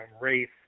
race